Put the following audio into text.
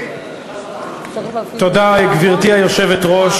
גברתי היושבת-ראש,